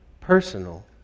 personal